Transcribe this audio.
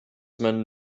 man